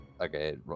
Okay